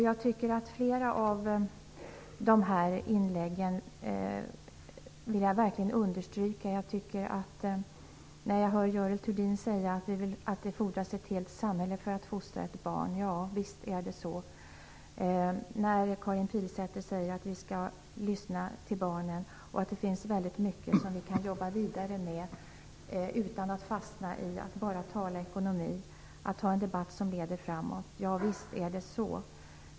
Jag vill verkligen understryka det som sades i flera av inläggen. Görel Thurdin sade att det fordras ett helt samhälle för att fostra ett barn. Ja, visst är det så. Karin Pilsäter sade att vi skall lyssna till barnen och att det finns väldigt mycket som vi kan jobba vidare med och föra en debatt om, en debatt som leder framåt utan att vi fastnar i att bara tala om ekonomi. Ja, visst är det så.